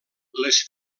les